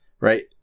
Right